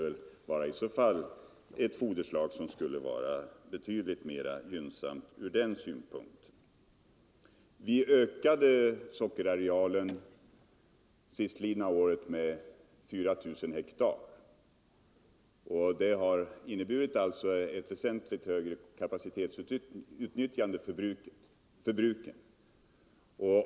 Det är väl ett foderslag som skulle vara betydligt mera gynnsamt ur den synpunkten. Vi ökade sockerbetsarealen sistlidna år med 4 000 hektar, och det har för bruken inneburit ett väsentligt högre kapacitetsutnyttjande.